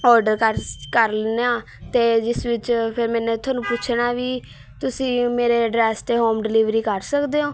order ਕਰ ਸ ਕਰ ਲੈਂਦੇ ਹਾਂ ਅਤੇ ਜਿਸ ਵਿੱਚ ਫਿਰ ਮੈਨੇ ਤੁਹਾਨੂੰ ਪੁੱਛਣਾ ਵੀ ਤੁਸੀਂ ਮੇਰੇ ਐਡਰੈੱਸ 'ਤੇ ਹੋਮ ਡਿਲੀਵਰੀ ਕਰ ਸਕਦੇ ਹੋ